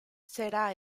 será